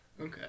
Okay